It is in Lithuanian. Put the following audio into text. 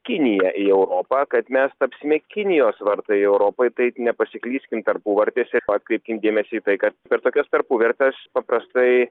kiniją į europą kad mes tapsime kinijos vartai europai taip nepasiklyskim tarpuvartėse pat atkreipkim dėmesį į tai kad per tokias tarpuvertes paprastai